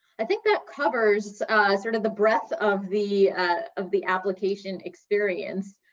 i think that covers sort of the breadth of the of the application experience.